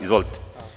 Izvolite.